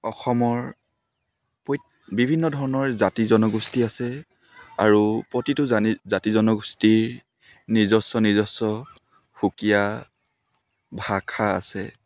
অসমৰ পই বিভিন্ন ধৰণৰ জাতি জনগোষ্ঠী আছে আৰু প্ৰতিটো জানি জাতি জনগোষ্ঠীৰ নিজস্ব নিজস্ব সুকীয়া ভাষা আছে